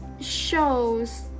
shows